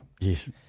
Yes